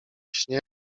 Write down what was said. śnieg